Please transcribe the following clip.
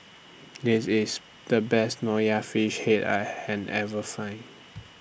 This IS The Best Nonya Fish Head I had Ever Find